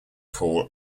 paul